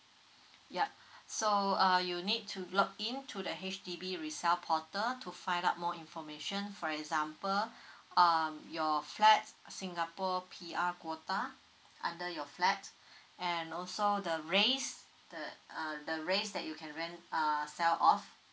ya so uh you'll need to log in to the H_D_B resell portal to find out more information for example um your flat's uh singapore P_R quota under your flat and also the race the uh the race that you can rent err sell off